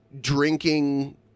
drinking